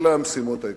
אלה המשימות העיקריות.